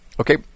Okay